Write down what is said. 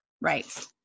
Right